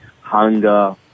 Hunger